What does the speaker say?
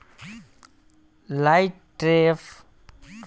Light trap का होखेला आउर ओकर का फाइदा बा?